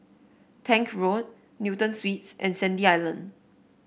Tank Road Newton Suites and Sandy Island